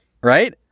Right